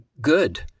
good